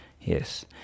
yes